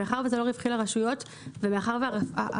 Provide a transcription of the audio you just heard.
ומאחר וזה לא רווחי לרשויות ומאחר והמצב